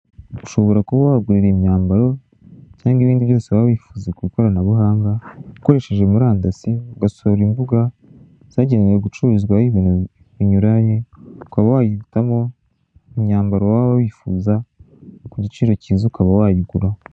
Ushobora kuba wagurira imyambaro cyangwa ibindi byose waba wifuza ku ikoranabuhanga ukoresheje murandasi, ugasura imbuga zagenewe gucururizwaho ibintu binyuranye, ukaba wahitamo imyambaro waba wifuza ku giciro kiza ukaba wayiguraho.